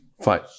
Fine